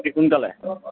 অতি সোনকালে